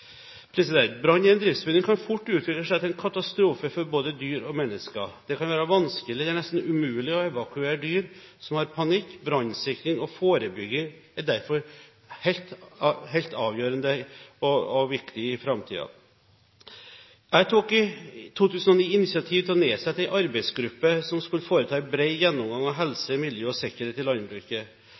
Brann i en driftsbygning kan fort utvikle seg til en katastrofe for både dyr og mennesker. Det kan være vanskelig eller nesten umulig å evakuere dyr som har panikk. Brannsikring og forebygging er derfor helt avgjørende og viktig i framtiden. Jeg tok i 2009 initiativ til å nedsette en arbeidsgruppe som skulle foreta en bred gjennomgang av helse, miljø og sikkerhet i landbruket.